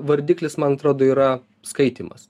vardiklis man atrodo yra skaitymas